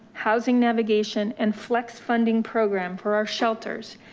housing navigation, and flex funding program for our shelters.